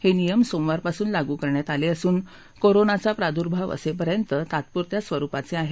हे नियम सोमवारपासून लागू करण्यात आले असून कोरोनाचा प्रादुभार्व असेपर्यंत तात्पुरत्या स्वरूपाचे आहेत